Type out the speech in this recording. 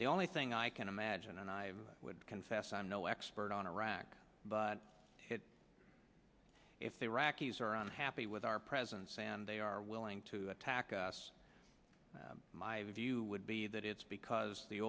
the only thing i can imagine and i would confess i'm no expert on iraq but if they rockies are on happy with our presence and they are willing to attack us my view would be that it's because the